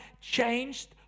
changed